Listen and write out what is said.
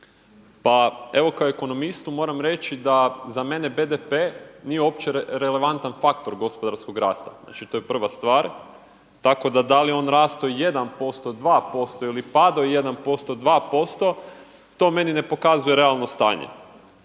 Pa evo kao ekonomistu moram reći da za mene BDP nije uopće relevantan faktor gospodarskog rasta, znači to je prva stvar, tako da da li je on rastao 1%, 2% ili padao 1%, 2% to meni ne pokazuje realno stanje.